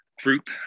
group